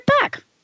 back